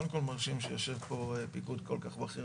קודם כל מרשים שיושב פה פיקוד כל כך בכיר